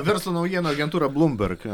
verslo naujienų agentūra bloomberg